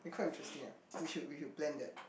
eh quite interesting ah we should we should plan that